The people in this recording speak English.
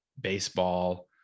baseball